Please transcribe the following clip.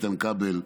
איתן כבל,